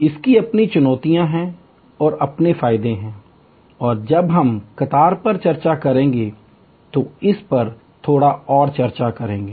इसकी अपनी चुनौतियाँ हैं और इसके अपने फायदे हैं और जब हम कतार पर चर्चा करेंगे तो हम इस पर थोड़ा और चर्चा करेंगे